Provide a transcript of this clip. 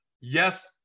Yes